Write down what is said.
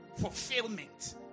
fulfillment